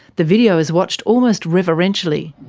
the video is watched almost reverentially.